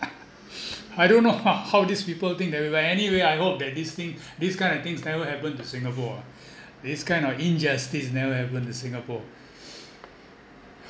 I don't know how how these people think that way but anyway I hope that this thing this kind of things never happen to singapore ah this kind of injustice never happen to singapore